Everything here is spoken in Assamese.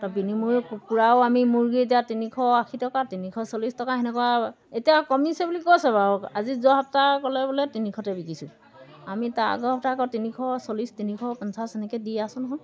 তাৰ বিনিময়ত কুকুৰাও আমি মুৰ্গী এতিয়া তিনিশ আশী টকা তিনিশ চল্লিছ টকা সেনেকুৱা এতিয়া কমিছে বুলি কৈছে বাৰু আজি যোৱা সপ্তাহ ক'লে বোলে তিনিশতে বিকিছোঁ আমি তাৰ আগৰ সপ্তাহত আকৌ তিনিশ চল্লিছ তিনিশ পঞ্চাছ সেনেকৈ দি আছোঁ নহয়